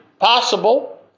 possible